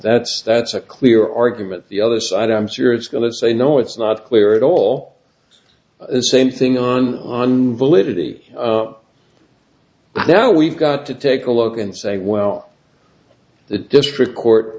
that's that's a clear argument the other side i'm sure it's going to say no it's not clear at all the same thing on until it is now we've got to take a look and say well the district court